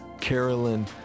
Carolyn